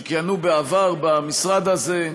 שכיהנו בעבר במשרד הזה,